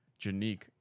Janique